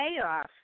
payoff